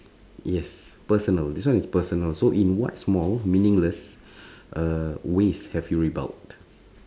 yes personal this one is personal so in what small meaningless uh ways have you rebelled